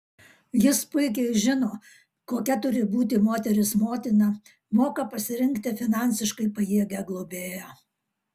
jis puikiai žino kokia turi būti moteris motina moka pasirinkti finansiškai pajėgią globėją